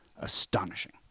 astonishing